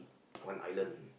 one island